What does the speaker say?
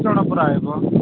ଜଣଙ୍କର ଆସିବ